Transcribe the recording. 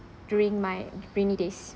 during my rainy days